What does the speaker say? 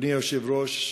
אדוני היושב-ראש,